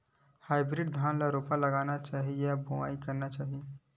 Hybrid धान ल रोपा लगाना चाही या बोआई करना चाही?